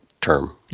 term